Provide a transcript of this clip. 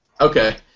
Okay